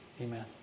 amen